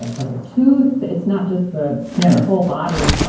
um like a tooth, it's not just the yeah whole body, it's like,